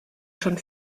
schon